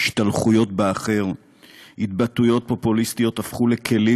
השתלחויות באחר והתבטאויות פופוליסטיות הפכו לכלים